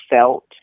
felt